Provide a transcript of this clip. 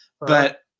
but-